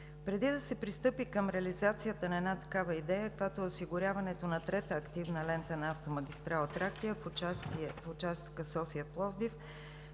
Преди да се пристъпи към реализацията на една такава идея, каквато е осигуряването на трета активна лента на автомагистрала „Тракия“ в участъка София – Пловдив,